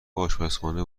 آشپزخانه